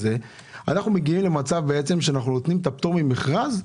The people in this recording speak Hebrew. אנחנו נותנים את הפטור ממכרז,